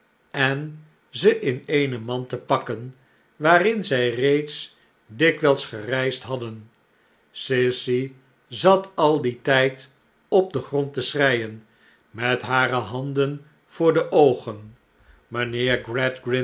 en ze in eene mand te pakken waarin zij reeds dikwijls gereisd hadden sissy zat al dien tijd op den grond te schreien met hare handen voor de oogen